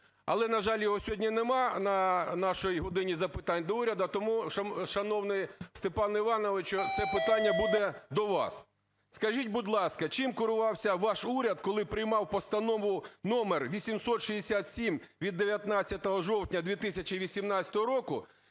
Але, на жаль, його сьогодні нема на нашій "годині запитань до Уряду", тому, шановний Степане Івановичу, це питання буде до вас. Скажіть, будь ласка, чим керувався ваш уряд, коли приймав Постанову №867 від 19 жовтня 2018 року,